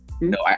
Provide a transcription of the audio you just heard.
no